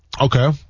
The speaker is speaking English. Okay